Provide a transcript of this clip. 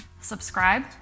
Subscribe